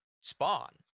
spawn